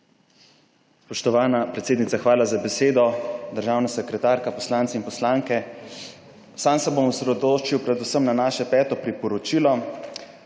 Spoštovana predsednica, hvala za besedo. Državna sekretarka, poslanci in poslanke! Sam se bom osredotočil predvsem na naše peto priporočilo.